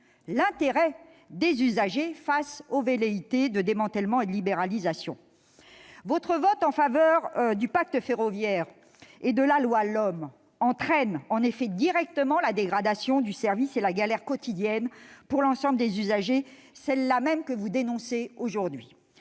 l'intérêt des usagers, face aux velléités de démantèlement et de libéralisation. Votre vote du pacte ferroviaire et de la loi d'orientation des mobilités (LOM) entraîne en effet directement la dégradation du service et la galère quotidienne pour l'ensemble des usagers, celle-là même que vous dénoncez aujourd'hui.